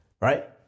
right